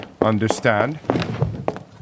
understand